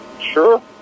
Sure